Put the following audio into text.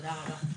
תודה רבה.